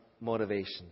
motivation